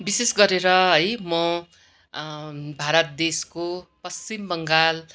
विशेष गरेर है म भारत देशको पश्चिम बङ्गाल